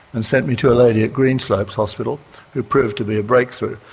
and sent me to a lady at greenslopes hospital who proved to be a breakthrough.